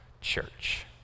church